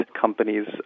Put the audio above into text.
companies